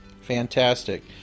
Fantastic